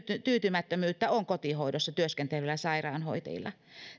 tyytymättömyyttä on kotihoidossa työskentelevillä sairaanhoitajilla